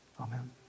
Amen